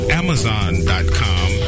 amazon.com